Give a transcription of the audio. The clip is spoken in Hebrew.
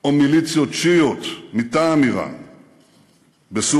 או מיליציות שיעיות מטעם איראן בסוריה.